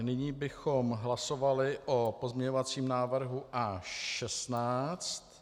Nyní bychom hlasovali o pozměňovacím návrhu A16.